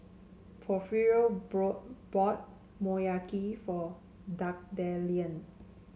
Porfirio brought bought Motoyaki for Magdalen